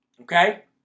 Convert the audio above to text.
Okay